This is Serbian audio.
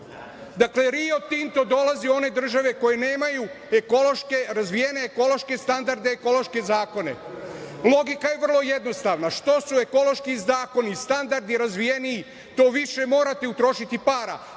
„Rio Tinto“ dolazi u one države koje nemaju ekološke razvijene ekološke standarde, ekološke zakone. Logika je vrlo jednostavna što su ekološki zakoni i standardi razvijeniji to više morate utrošiti para,